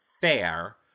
fair